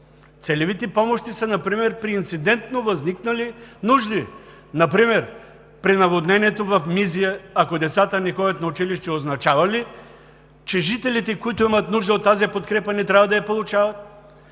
Целевите помощи са примерно при инцидентно възникнали нужди. Например при наводнението в Мизия – ако децата не ходят на училище, означава ли, че жителите, които имат нужда от тази подкрепа, не трябва да я получават?